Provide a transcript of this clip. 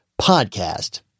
podcast